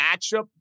matchup